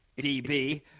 DB